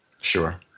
Sure